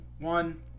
one